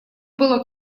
было